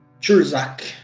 Churzak